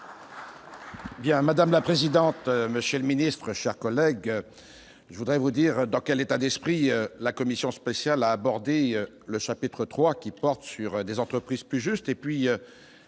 Madame la présidente, monsieur le ministre, mes chers collègues, je voudrais vous dire dans quel état d'esprit la commission spéciale a abordé le chapitre III, « Des entreprises plus justes », et